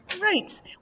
Right